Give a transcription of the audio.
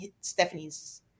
Stephanie's